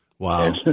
Wow